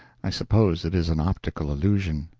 i suppose it is an optical illusion.